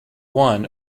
won